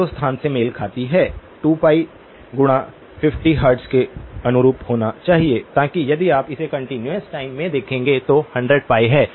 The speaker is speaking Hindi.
0 स्थान से मेल खाती है 2π गुना 50 हर्ट्ज के अनुरूप होना चाहिए ताकि यदि आप इसे कंटीन्यूअस टाइम में देखेंगे तो 100π है